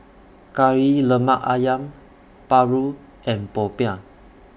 Kari Lemak Ayam Paru and Popiah